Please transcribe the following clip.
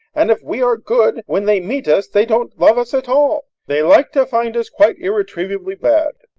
and if we are good, when they meet us, they don't love us at all. they like to find us quite irretrievably bad,